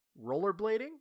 Rollerblading